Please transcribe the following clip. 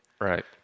Right